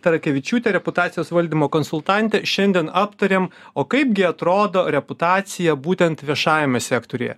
tarakevičiūte reputacijos valdymo konsultante šiandien aptarėm o kaipgi atrodo reputacija būtent viešajame sektoriuje